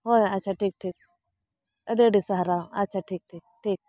ᱦᱳᱭ ᱟᱪᱪᱷᱟ ᱴᱷᱤᱠ ᱴᱷᱤᱠ ᱟᱹᱰᱤ ᱟᱹᱰᱤ ᱥᱟᱦᱟᱨᱟᱣ ᱟᱪᱪᱷᱟ ᱴᱷᱤᱠ ᱴᱷᱤᱠ ᱴᱷᱤᱠ